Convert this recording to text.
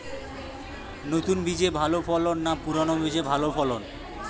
নতুন বীজে ভালো ফলন না পুরানো বীজে ভালো ফলন?